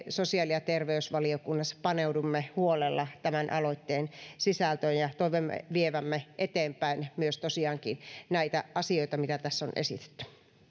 sosiaali ja terveysvaliokunnassa paneudumme huolella tämän aloitteen sisältöön ja toivomme vievämme eteenpäin näitä asioita mitä tässä on esitetty